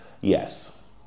Yes